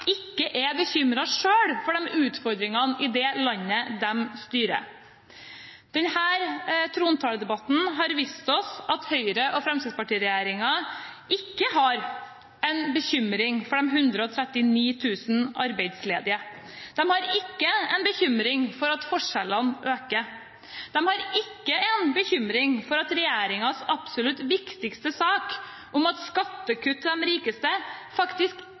ikke er bekymret over utfordringene i det landet den styrer. Denne trontaledebatten har vist oss at Høyre–Fremskrittsparti-regjeringen ikke har en bekymring for de 139 000 arbeidsledige. Den har ikke en bekymring over at forskjellene øker. Den har ikke en bekymring over at regjeringens absolutt viktigste sak, skattekutt til de rikeste, faktisk